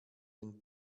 den